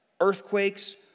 earthquakes